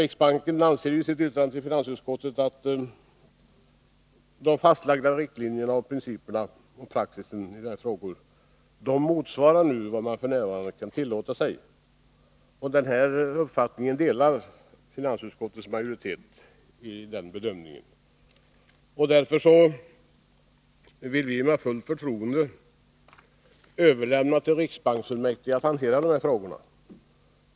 Riksbanken anser i sitt yttrande till finansutskottet att fastlagda riktlinjer och praxis i de här frågorna motsvarar vad man f.n. kan tillåta sig. Den bedömningen delar finansutskottets majoritet. Därför vill vi med förtroende överlämna till riksbanksfullmäktige att hantera dessa frågor.